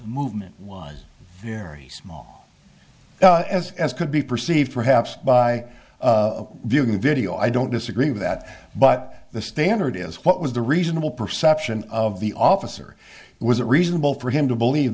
movement was very small as as could be perceived perhaps by viewing the video i don't disagree with that but the standard is what was the reasonable perception of the officer was it reasonable for him to believe